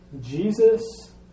Jesus